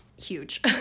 huge